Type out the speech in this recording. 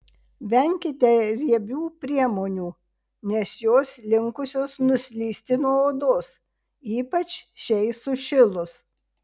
venkite riebių priemonių nes jos linkusios nuslysti nuo odos ypač šiai sušilus